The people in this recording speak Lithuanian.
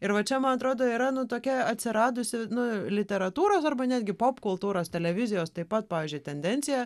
ir va čia man atrodo yra nu tokia atsiradusi nu literatūros arba netgi popkultūros televizijos taip pat pavyzdžiui tendencija